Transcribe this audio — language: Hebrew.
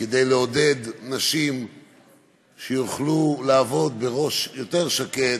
כדי לעודד נשים שיוכלו לעבוד בראש יותר שקט,